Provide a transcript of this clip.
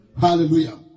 Hallelujah